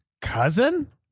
cousin